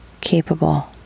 capable